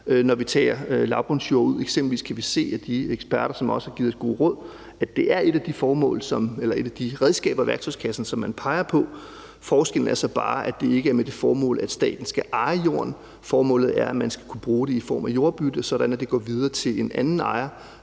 når vi tager lavbundsjorder ud. Eksempelvis kan vi se, at de eksperter, som også har givet os gode råd, siger, at det er et af de redskaber i værktøjskassen, som man peger på. Forskellen er så bare, at det ikke er med det formål, at staten skal eje jorden. Målet er, at man skal kunne bruge det i form af jordbytte, sådan at jorden går videre til en anden ejer,